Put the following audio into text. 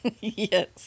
Yes